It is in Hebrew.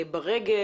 ברגל.